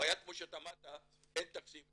הבעיה כמו שאתה אמרת, אין תקציב.